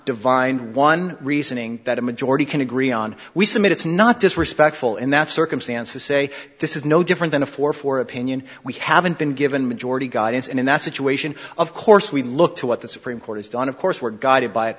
divined one reasoning that a majority can agree on we submit it's not disrespectful in that circumstance to say this is no different than a four for opinion we haven't been given majority guidance and in that situation of course we look to what the supreme court has done of course were guided by